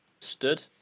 Stood